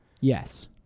Yes